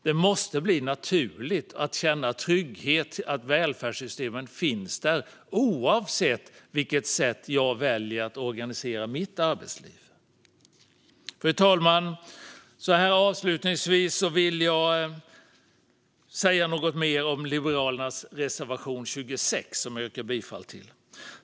Det måste bli naturligt att känna trygghet och att känna att välfärdssystemen finns där, oavsett på vilket sätt man väljer att organisera sitt arbetsliv. Fru talman! Avslutningsvis vill jag säga något mer om Liberalernas reservation 26 som jag yrkar bifall till.